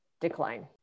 decline